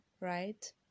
right